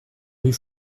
rue